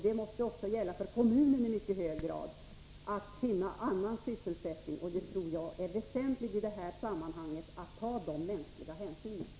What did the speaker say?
Det måste också vara bra för kommunen, som skall försöka finna annan sysselsättning. Jag anser att det är väsentligt i detta sammahang att ta dessa mänskliga hänsyn.